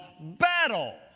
battle